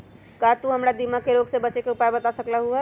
का तू हमरा दीमक के रोग से बचे के उपाय बता सकलु ह?